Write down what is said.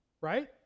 right